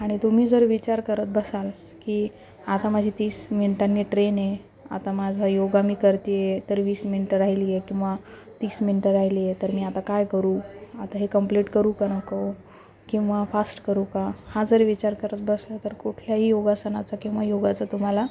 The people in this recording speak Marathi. आणि तुम्ही जर विचार करत बसाल की आता माझी तीस मिनटांनी ट्रेन आहे आता माझ योगा मी करतेय तर वीस मिनटं राहिलीये किंवा तीस मिनटं राहिलीये तर मी आता काय करू आता हे कम्प्लीट करू का नको किंवा फास्ट करू का हा जर विचार करत बसला तर कुठल्याही योगासनाचा किंवा योगाचा तुम्हाला